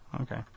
okay